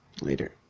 Later